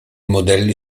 modelli